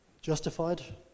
justified